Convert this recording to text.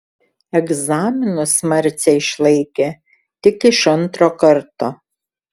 egzaminus marcė išlaikė tik iš antro karto